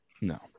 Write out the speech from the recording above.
no